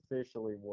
officially